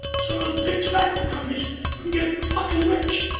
so those big tobacco companies can get fucking rich!